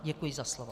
Děkuji za slovo.